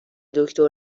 دکتر